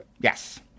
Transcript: Yes